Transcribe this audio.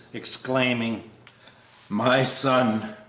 exclaiming my son!